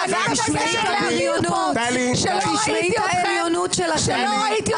אני מבקשת להבהיר פה- -- תשמעי את העליונות שלכם.